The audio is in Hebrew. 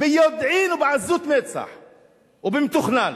ביודעין ובעזות מצח ובמתוכנן.